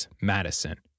Madison